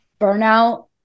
burnout